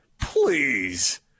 Please